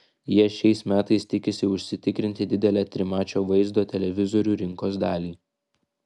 jie šiais metais tikisi užsitikrinti didelę trimačio vaizdo televizorių rinkos dalį